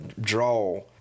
draw